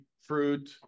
fruit